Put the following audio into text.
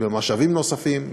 במשאבים נוספים,